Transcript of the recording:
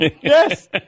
yes